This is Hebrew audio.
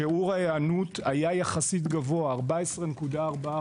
שיעור ההיענות היה יחסית גבוה - 14.4%.